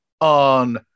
on